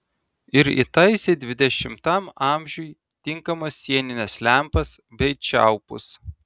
ir įtaisė dvidešimtam amžiui tinkamas sienines lempas bei čiaupus